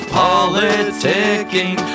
politicking